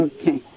Okay